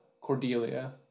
Cordelia